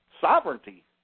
sovereignty